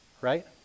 right